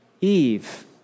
Eve